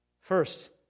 First